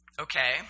Okay